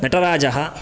नटराजः